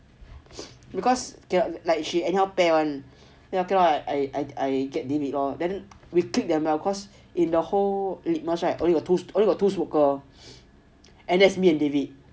because like she anyhow pair [one] then cannot I I get david lor then we pick them liao cause in the whole litmus right only got two smoker and that's me and david